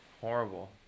Horrible